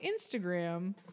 Instagram